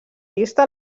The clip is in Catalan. vista